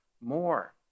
more